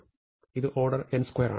ഇത് order n2 ആണ്